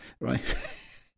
right